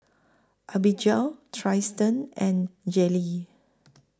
Abigail Tristen and Jaylene